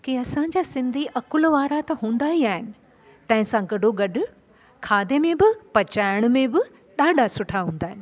असांजा सिंधी अकुल वारा त हूंदा ई आहिनि तंहिंसां गॾोगॾु खाधे में बि पचाइण में बि ॾाढा सुठा हूंदा आहिनि